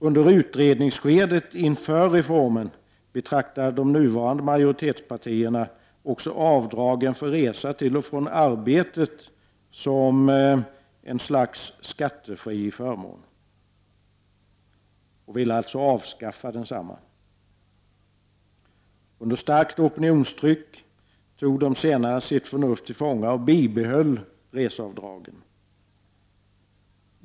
Under utredningsskedet inför reformen betraktade de nuvarande majoritetspartierna också avdragen för resa till och från arbetet som ett slags skattefri förmån, och de ville också avskaffa dessa avdrag. Under starkt opinionstryck tog de senare sitt förnuft till fånga och bibehöll reseavdragen.